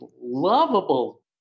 lovable